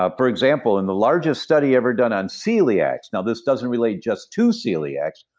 ah for example, in the largest study ever done on celiacs, now this doesn't relate just to celiacs,